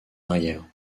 arrières